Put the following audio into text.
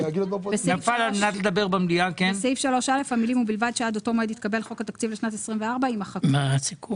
הצבעה בעד ההסתייגות אין נגד 6 נמנע 1 ההסתייגות לא